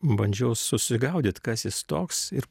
bandžiau susigaudyt kas jis toks ir